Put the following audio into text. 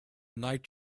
night